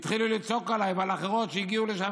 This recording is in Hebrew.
התחילו לצעוק עליי ועל אחרות שהגיעו לשם